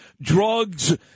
drugs